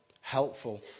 helpful